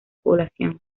población